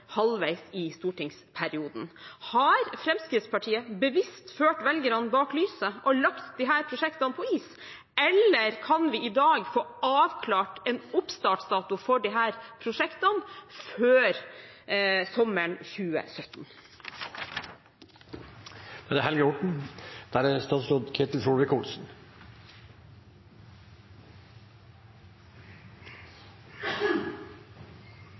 halvveis i stortingsperioden. Har Fremskrittspartiet bevisst ført velgerne bak lyset og lagt disse prosjektene på is, eller kan vi i dag få avklart en oppstartsdato for disse prosjektene før sommeren 2017? Det har vært en interessant debatt å følge. Det jeg kanskje synes er